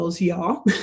y'all